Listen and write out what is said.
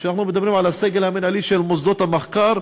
כאשר אנחנו מדברים על הסגל המינהלי של מוסדות המחקר,